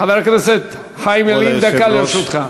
חבר הכנסת חיים ילין, דקה לרשותך.